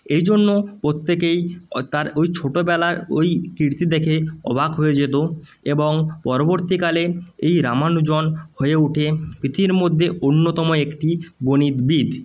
এই জন্য প্রত্যেকেই তার ওই ছোটোবেলায় ওই কীর্তি দেখে অবাক হয়ে যেত এবং পরবর্তীকালে এই রামানুজন হয়ে উঠেন পৃথিবীর মধ্যে অন্যতম একটি গণিতবিদ